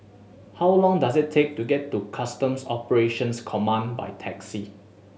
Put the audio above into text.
how long does it take to get to Customs Operations Command by taxi